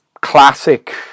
classic